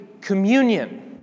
communion